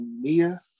Mia